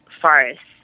forests